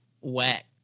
Wet